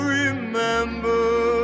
remember